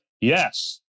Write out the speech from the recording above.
yes